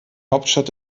hauptstadt